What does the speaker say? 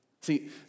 See